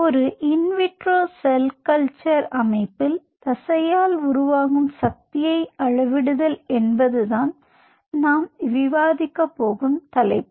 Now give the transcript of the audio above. ஒரு in vitro cell culture அமைப்பில் தசையால் உருவாகும் சக்தியை அளவிடுதல் என்பது தான் நாம் விவாதிக்கப் போகும் தலைப்பு